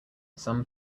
some